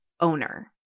owner